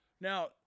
Now